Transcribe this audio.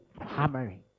hammering